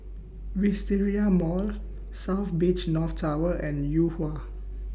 Wisteria Mall South Beach North Tower and Yuhua